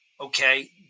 okay